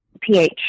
pH